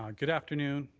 ah good afternoon,